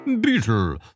Beetle